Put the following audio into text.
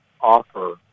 offer